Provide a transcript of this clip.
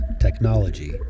technology